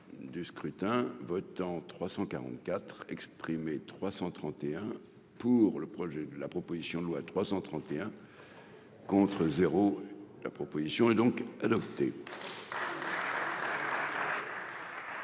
du scrutin votants 344 exprimés 331 pour le projet de la proposition de loi 331 contre 0 la proposition est donc adopté.